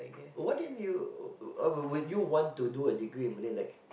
what didn't you would you want to do a degree in Malay like